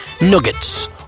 nuggets